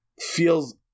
feels